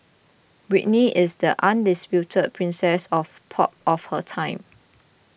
Britney is the undisputed princess of pop of her time